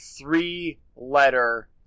three-letter